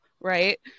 right